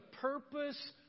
purpose